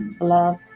love